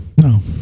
No